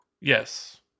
Yes